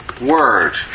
word